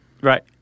Right